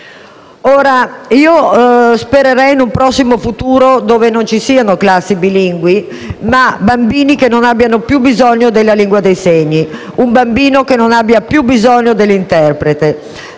Spererei in un prossimo futuro dove non ci siano classi bilingui, ma bambini che non abbiano più bisogno della lingua dei segni. Un bambino che non abbia più bisogno dell'interprete.